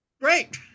Great